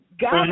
God